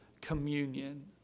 communion